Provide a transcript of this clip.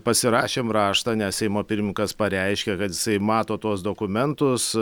pasirašėm raštą nes seimo pirmininkas pareiškė kad jisai mato tuos dokumentus